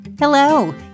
Hello